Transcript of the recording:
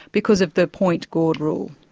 because of the pointe gourde rule.